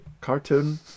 cartoon